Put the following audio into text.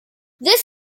this